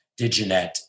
DigiNet